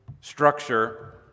structure